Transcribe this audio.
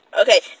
okay